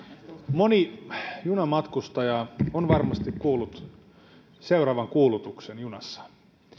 moni junamatkustaja on varmasti kuullut seuraavan kuulutuksen junassa